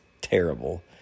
terrible